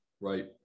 Right